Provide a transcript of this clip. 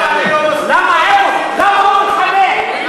למה, אני לא מספיק טוב?